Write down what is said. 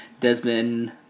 Desmond